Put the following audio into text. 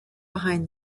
behind